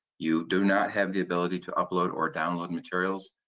you do not have the ability to upload or download materials,